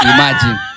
Imagine